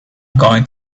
going